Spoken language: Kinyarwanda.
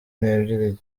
n’ebyiri